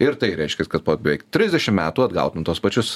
ir tai reiškias kad po beveik trisdešim metų atgal nu tuos pačius